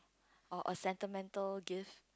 or a sentimental gift